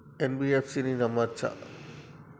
NBFC ని నమ్మచ్చా?